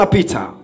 Peter